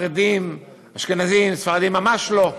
חרדים, אשכנזים, ספרדים, ממש לא,